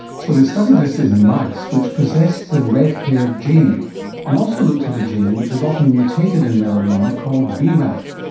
so they studied this in mice which possessed the red-haired gene and also looked at a gene which is often mutated in melanoma called braf.